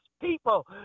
people